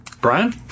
Brian